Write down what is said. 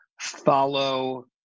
follow